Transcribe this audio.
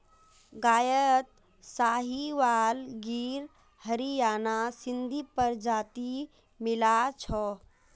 गायत साहीवाल गिर हरियाणा सिंधी प्रजाति मिला छ